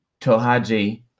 Tohaji